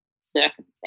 circumstance